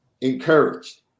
Encouraged